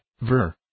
ver